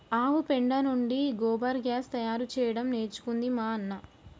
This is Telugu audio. ఆవు పెండ నుండి గోబర్ గ్యాస్ తయారు చేయడం నేర్చుకుంది మా అన్న